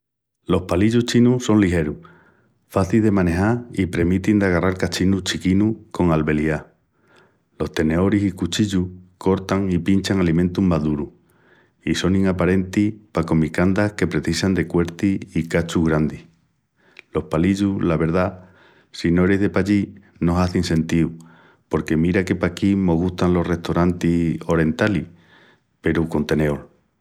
Los palillus chinus son ligerus, facis de manejal i premitin d'agarral cachinus chiquinus con albeliá. Los teneoris i cuchillus cortan i pinchan alimentus más durus, i sonin aparentis pa comicandas que precisan de cuerti i cachus grandis. Los palillus, la verdá, si no eris de pallí ,no hazin sentíu, porque mira que paquí mos gustan los restoranis orentalis peru con teneol.